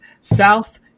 South